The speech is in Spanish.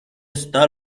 está